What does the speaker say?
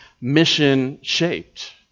mission-shaped